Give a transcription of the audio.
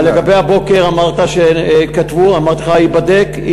לגבי הבוקר, אמרת שכתבו, אמרתי לך: ייבדק.